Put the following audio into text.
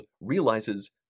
realizes